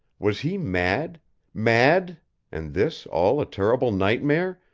was he mad mad and this all a terrible nightmare,